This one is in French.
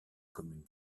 communes